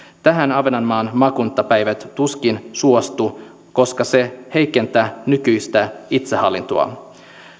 tähän ahvenanmaan maakuntapäivät tuskin suostuu koska se heikentää nykyistä itsehallintoa